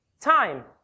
time